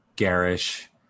garish